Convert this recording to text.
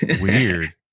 Weird